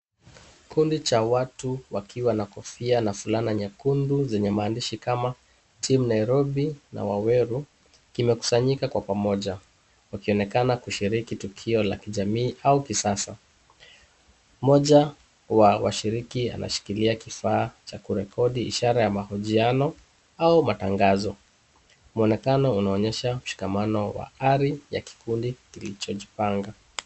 Kikundi cha watu wakiwa na kofia na fulana nyekundu zenye maandishi kama team Nairobi na Waweru, kimekusanyika kwa pamoja, wakionekana kushiriki tukio la kijamii au kisasa. Mmoja wa washiriki anashikilia kifaa cha kurekodi ishara ya mahojiano au matangazo. Mwonekano linaonyesha ari ya kikundi kilichopanga.